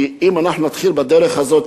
כי אם אנחנו נתחיל בדרך הזו,